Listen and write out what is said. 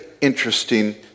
interesting